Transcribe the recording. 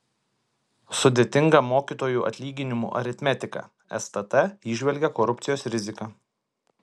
sudėtinga mokytojų atlyginimų aritmetika stt įžvelgia korupcijos riziką